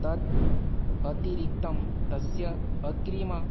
तत् अतिरिक्तं तस्य अग्रिमः